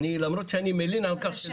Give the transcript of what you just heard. למרות שאני מלין על כך,